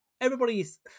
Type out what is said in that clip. everybody's